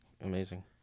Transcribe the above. amazing